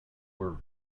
were